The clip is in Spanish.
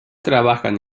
trabajaban